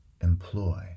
employ